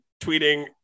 tweeting